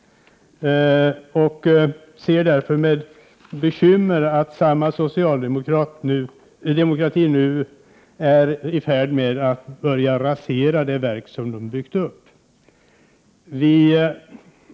Vi är därför bekymrade över att samma socialdemokrati nu är i färd med att rasera det verk som den har byggt upp.